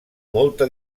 molta